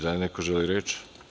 Da li neko želi reč?